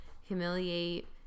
humiliate